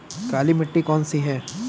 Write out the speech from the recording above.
काली मिट्टी कौन सी है?